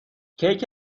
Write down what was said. کیک